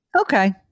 Okay